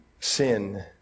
sin